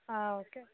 okay